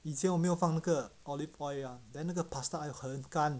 以前我没有放那个 olive oil ah then 那个 pasta 很干